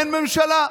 אין ממשלה.